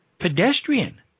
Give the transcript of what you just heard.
pedestrian